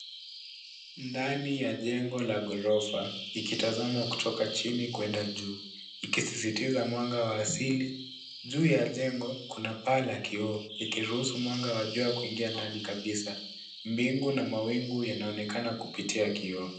Ndani ya jengo la ghorofa, ikitazamwa kutoka chini kuenda juu, ikisisitiza mwanga wa asili. Juu ya jengo, kuna paa la kioo, likiruhusu mwanga wa jua kuingia ndani kabisa. Mbingu na mawingu yanaonekana kupitia kioo.